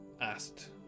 asked